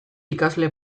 ikasle